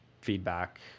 feedback